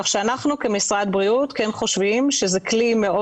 כך שאנחנו כמשרד הבריאות כן חושבים שזה כלי מאוד